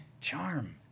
Charm